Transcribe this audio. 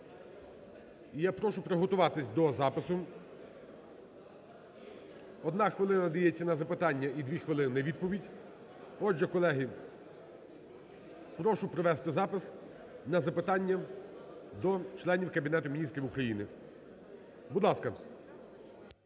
я прошу приготуватись до запису. Одна хвилина дається на запитання і дві хвилини на відповідь. Отже, колеги, прошу провести запис на запитання до членів Кабінету Міністрів України. Будь ласка.